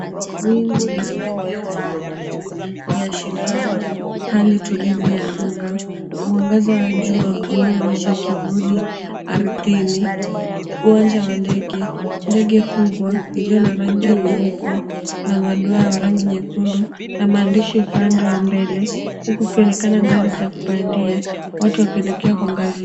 Wingu la rangi ya samawati, liashirialo hali tulivu ya anga. Mwangaza wa jua unaoonyesha kivuli ardhini. Uwanja wa ndege, ndege kubwa iliyo na rangi nyeupe na madoa ya rangi nyekundu na maandishi upande wa mbele. Huku ukionekana ngazi za kupandia, watu wakielekea kwa ngazi.